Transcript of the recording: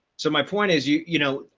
so my point is, you you know,